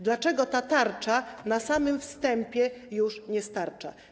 Dlaczego ta tarcza na samym wstępie już nie starcza?